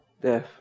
death